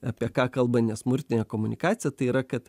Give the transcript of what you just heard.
apie ką kalba nesmurtinė komunikacija tai yra kad